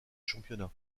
championnat